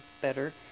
better